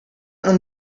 non